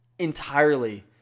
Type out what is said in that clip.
Entirely